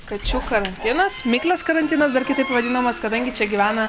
kačių karantinas miklės karantinas dar kitaip vadinamas kadangi čia gyvena